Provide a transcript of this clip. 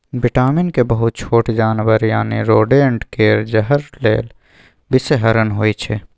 vitamin K बहुत छोट जानबर यानी रोडेंट केर जहर लेल बिषहरण होइ छै